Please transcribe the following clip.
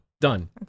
Done